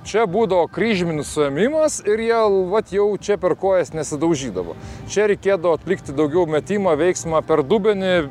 čia būdavo kryžminis suėmimas ir jie vat jau čia per kojas nesidaužydavo čia reikėdavo atlikti daugiau metimo veiksmą per dubenį